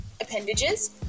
appendages